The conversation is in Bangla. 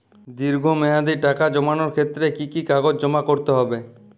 দীর্ঘ মেয়াদি টাকা জমানোর ক্ষেত্রে কি কি কাগজ জমা করতে হবে?